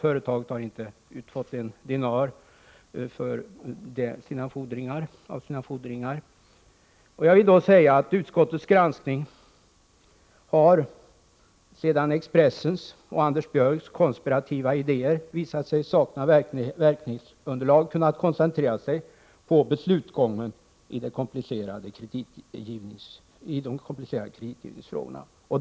Företaget har inte fått ut en dinar för sina fordringar. Utskottets granskning har sedan Expressens och Anders Björcks konspirativa idéer visat sig sakna verklighetsunderlag kunnat koncentrera sig på beslutsgången i de komplicerade kreditgivningsfrågorna.